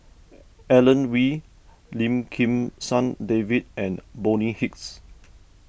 Alan Oei Lim Kim San David and Bonny Hicks